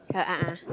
oh a'ah